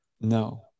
No